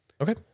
Okay